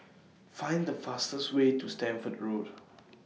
Find The fastest Way to Stamford Road